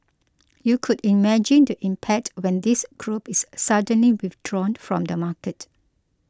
you could imagine the impact when this group is suddenly withdrawn from the market